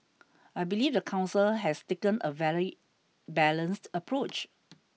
I believe the council has taken a very balanced approach